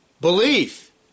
Belief